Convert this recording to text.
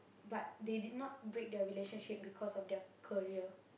but they did not break their relationship because of their career